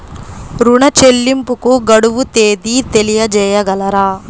ఋణ చెల్లింపుకు గడువు తేదీ తెలియచేయగలరా?